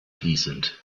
fließend